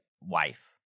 wife